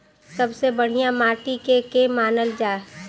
सबसे बढ़िया माटी के के मानल जा?